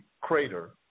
crater